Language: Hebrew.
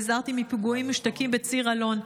והזהרתי מפיגועים מושתקים בציר אלון.